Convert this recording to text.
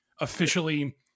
officially